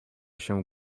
się